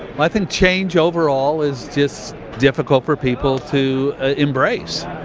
well, i think change overall is just difficult for people to embrace.